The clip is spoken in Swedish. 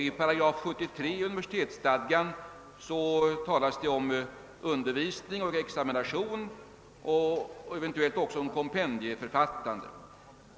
I 73 8 universitetsstadgan talas det om undervisning och examination och eventuellt också kompendieförfattande.